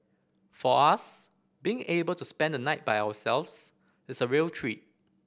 for us being able to spend the night by ourselves is a real treat